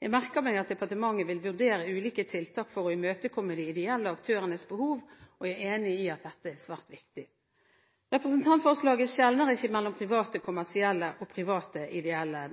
Jeg merker meg at departementet vil vurdere ulike tiltak for å imøtekomme de ideelle aktørenes behov, og jeg er enig i at dette er svært viktig. Representantforslaget skjelner ikke mellom private kommersielle og private ideelle